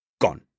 gone